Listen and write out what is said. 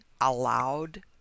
allowed